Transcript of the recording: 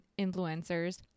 influencers